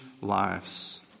lives